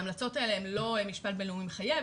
ההמלצות האלה הן לא משפט בינלאומי מחייב,